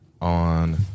on